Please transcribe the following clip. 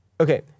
okay